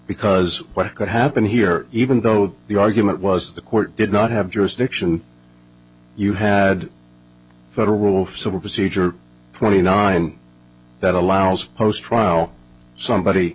ecause what could happen here even though the argument was the court did not have jurisdiction you had federal civil procedure twenty nine that allows post trial somebody